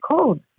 cold